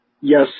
Yes